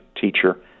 teacher